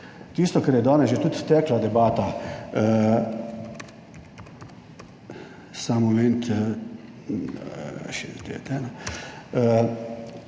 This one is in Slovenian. Tisto, kar je danes že tudi tekla debata,